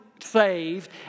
saved